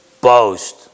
boast